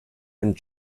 and